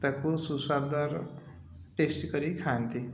ତାକୁ ସୁସ୍ୱାଦ ଟେଷ୍ଟ କରି ଖାଆନ୍ତି